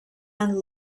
and